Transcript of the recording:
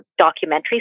documentaries